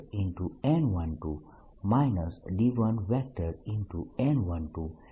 જો કોઈ free charge ન હોય તો પછી D કન્ટિન્યુઅસ હશે